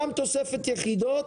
גם תוספת יחידות.